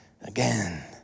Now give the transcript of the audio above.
again